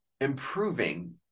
improving